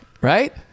right